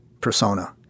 persona